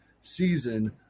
season